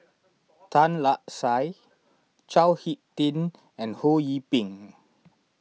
Tan Lark Sye Chao Hick Tin and Ho Yee Ping